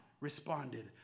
responded